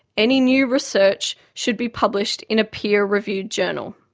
any new research should be published in a peer-reviewed journal.